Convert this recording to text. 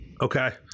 Okay